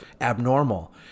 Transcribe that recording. abnormal